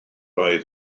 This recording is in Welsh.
oedd